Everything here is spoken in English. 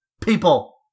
people